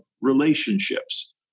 relationships